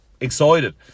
excited